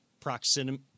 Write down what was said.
proximity